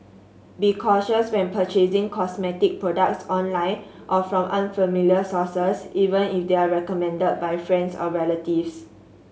be cautious when purchasing cosmetic products online or from unfamiliar sources even if they are recommended by friends or relatives